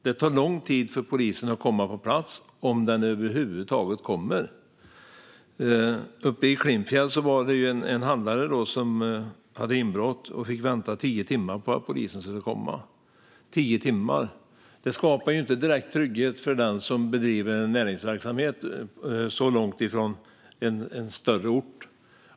Det tar lång tid för polisen att komma på plats, om den över huvud taget kommer. Uppe i Klimpfjäll hade en handlare inbrott. Handlaren fick vänta i tio timmar på att polisen skulle komma. Tio timmar - det skapar inte direkt trygghet för den som driver näringsverksamhet långt från en större ort.